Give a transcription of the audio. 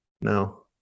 no